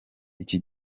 iki